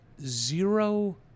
zero